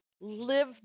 live